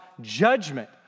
judgment